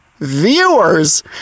Viewers